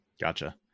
Gotcha